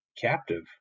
captive